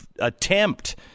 attempt